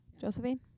Josephine